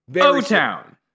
O-Town